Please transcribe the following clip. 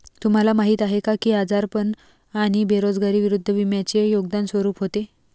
तुम्हाला माहीत आहे का की आजारपण आणि बेरोजगारी विरुद्ध विम्याचे योगदान स्वरूप होते?